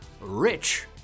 rich